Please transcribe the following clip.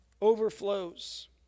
overflows